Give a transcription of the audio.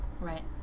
Right